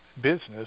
business